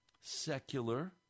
secular